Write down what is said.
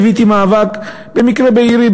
ליוויתי מאבק במקרה בעירי,